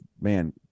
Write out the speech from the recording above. man